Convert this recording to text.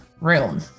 room